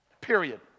period